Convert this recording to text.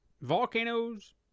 volcanoes